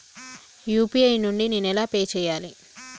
UPI నుండి నేను ఎలా పే చెయ్యాలి?